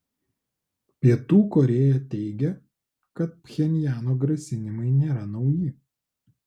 pietų korėja teigia kad pchenjano grasinimai nėra nauji